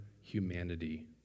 humanity